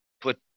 put